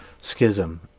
schism